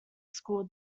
school